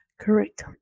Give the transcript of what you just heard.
correct